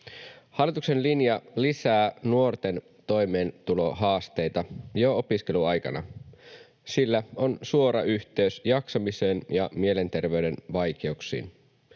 Hallituksen linja lisää nuorten toimeentulohaasteita jo opiskeluaikana. Sillä on suora yhteys jaksamiseen ja mielenterveyden vaikeuksiin.